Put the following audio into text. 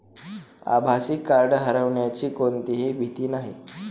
आभासी कार्ड हरवण्याची कोणतीही भीती नाही